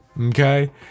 Okay